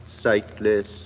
Sightless